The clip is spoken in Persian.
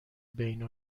بین